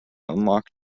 unlock